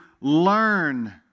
learn